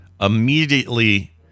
immediately